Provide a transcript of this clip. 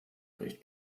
recht